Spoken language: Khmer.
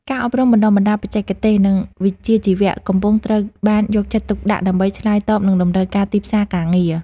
ការអប់រំបណ្តុះបណ្តាលបច្ចេកទេស និងវិជ្ជាជីវៈកំពុងត្រូវបានយកចិត្តទុកដាក់ ដើម្បីឆ្លើយតបនឹងតម្រូវការទីផ្សារការងារ។